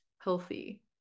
healthy